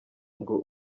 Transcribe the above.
ngo